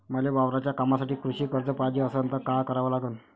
मले वावराच्या कामासाठी कृषी कर्ज पायजे असनं त काय कराव लागन?